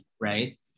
right